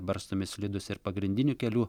barstomi slidūs ir pagrindinių kelių